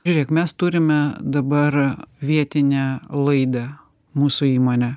žiūrėk mes turime dabar vietinę laidą mūsų įmonę